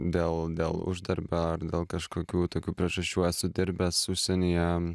dėl dėl uždarbio ar dėl kažkokių tokių priežasčių esu dirbęs užsienyje